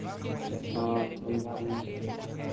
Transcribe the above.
हाँ अंदर में